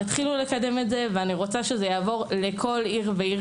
התחילו לקדם את זה ואני רוצה שזה יעבור לכל עיר ועיר